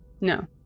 No